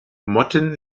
motten